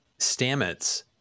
stamets